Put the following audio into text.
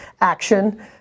action